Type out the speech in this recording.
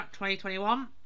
2021